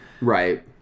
Right